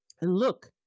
look